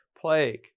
plague